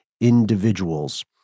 individuals